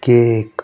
cake